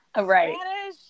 Right